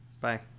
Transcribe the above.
Bye